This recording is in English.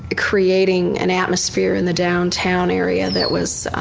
ah creating an atmosphere in the downtown area that was